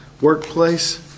workplace